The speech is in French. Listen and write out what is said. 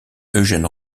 eugène